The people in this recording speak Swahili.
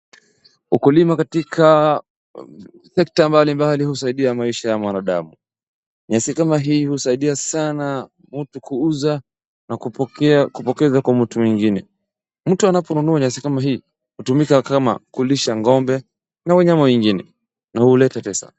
Ukulima katika sekta mbalimbali husaidia maisha ya mwanadamu. Nyasi kama hii husaidia sana mtu kuuza na kupokeza kwa mtu mwingine. Mtu anaponunua nyasi kama hii, hutumika kama kulisha ng'ombe na wanyama wengine na huleta pesa.